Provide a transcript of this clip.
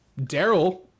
Daryl